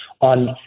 on